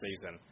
season